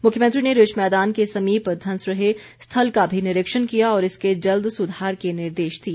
मुख्यमंत्री ने रिज मैदान के समीप धंस रहे स्थल का भी निरीक्षण किया और इसके जल्द सुधार के निर्देश दिए